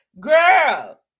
Girl